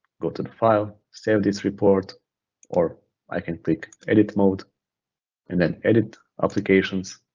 go to the file, save this report or i can click edit mode and then edit applications